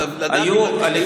אבל כדי לדעת --- אגב,